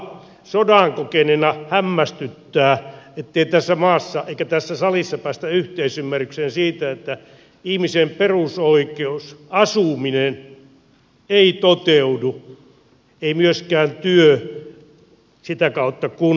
minua sodan kokeneena hämmästyttää ettei tässä maassa eikä tässä salissa päästä yhteisymmärrykseen siitä että ihmisen perusoikeus asuminen ei toteudu ja sitä kautta ei myöskään kunnolla työ